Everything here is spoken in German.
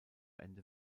ende